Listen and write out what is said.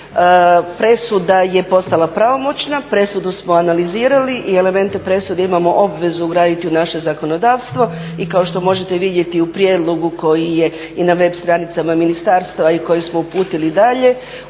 Presuda je postala pravomoćna, presudu smo analizirali i elemente presude imamo obvezu ugraditi u naše zakonodavstvo. I kao što možete vidjeti u prijedlogu koji je i na web stranicama ministarstva i koji smo uputili dalje